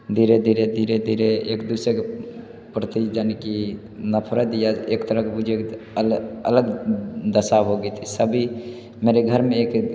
धीरे धीरे धीरे धीरे एक दूसरे के प्रतिजन की नफरत या एक तरह कि बूझिए कि अलग दशा हो गई थी सभी मेरे घर में एक